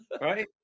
right